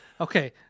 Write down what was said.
okay